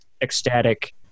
ecstatic